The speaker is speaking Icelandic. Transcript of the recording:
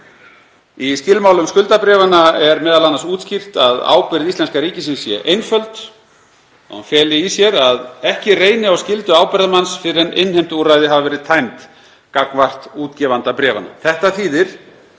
Í skilmálum skuldabréfanna er meðal annars útskýrt að ábyrgð íslenska ríkisins sé einföld og að hún feli í sér að ekki reyni á skyldu ábyrgðarmanns fyrr en innheimtuúrræði hafa verið tæmd gagnvart útgefanda bréfanna. Þetta þýðir